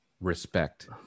respect